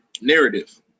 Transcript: narrative